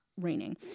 raining